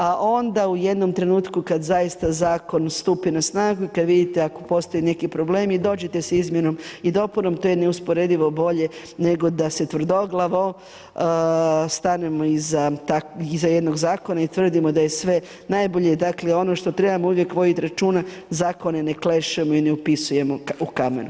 A onda u jednom trenutku kada zaista zakon stupi na snagu i kada vidite ako postoje neki problemi, dođite sa izmjenom i dopunom, to je neusporedivo bolje nego da se tvrdoglavo stanemo iza jednog zakona i tvrdimo da je sve najbolje i dakle ono što trebamo uvijek voditi računa zakone ne klešemo i ne upisujemo u kamen.